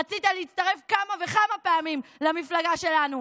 רצית להצטרף כמה וכמה פעמים למפלגה שלנו.